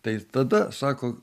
tai tada sako